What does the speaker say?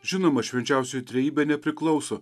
žinoma švenčiausioji trejybė nepriklauso